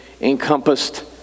encompassed